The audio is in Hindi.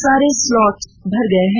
सारे स्लॉट भर गए हैं